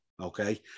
okay